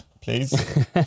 please